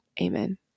Amen